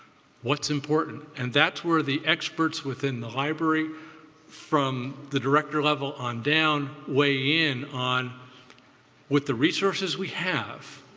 what's important? and that's where the experts within the library from the director level on down weigh in on with the resources we have,